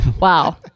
wow